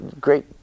Great